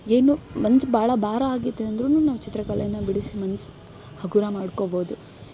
ಏನು ಮನ್ಸು ಭಾಳ ಭಾರ ಆಗಿದೆ ಅಂದರೂ ನಾವು ಚಿತ್ರಕಲೆನ ಬಿಡಿಸಿ ಮನ್ಸು ಹಗುರ ಮಾಡ್ಕೊಳ್ಬೋದು